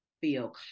feel